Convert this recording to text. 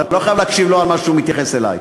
אתה לא חייב להקשיב לו על מה שהוא מתייחס אלי.